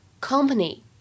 company